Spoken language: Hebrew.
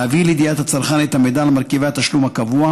להביא לידיעת הצרכן את המידע על מרכיבי התשלום הקבוע